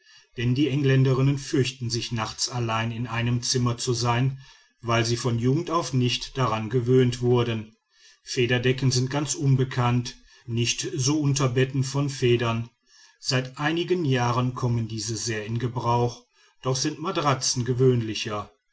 denn die engländerinnen fürchten sich nachts allein in einem zimmer zu sein weil sie von jugend auf nicht daran gewöhnt wurden federdecken sind ganz unbekannt nicht so unterbetten von federn seit einigen jahren kommen diese sehr in gebrauch doch sind matratzen gewöhnlicher